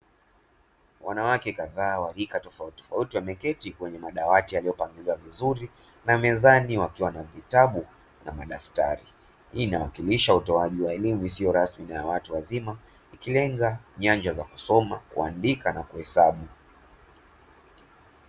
Wanawake kadhaa walika tofauti tofauti wameketi kwenye madawati yaliyo pangiliwa vizuri na mezani wakiwa na vitabu na madaftari, Hii inawakilisha utoaji wa elimu isiyo rasmi na yawatu wazima ikilenga nyanja za kusoma, kuaandika na kuhesabu.